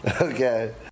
Okay